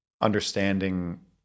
understanding